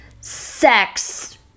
sex